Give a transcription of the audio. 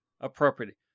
appropriately